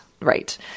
right